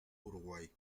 uruguay